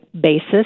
basis